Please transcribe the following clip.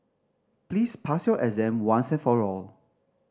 please pass your exam once and for all